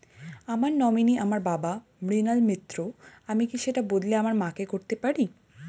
আমার নমিনি আমার বাবা, মৃণাল মিত্র, আমি কি সেটা বদলে আমার মা কে করতে পারি?